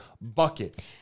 bucket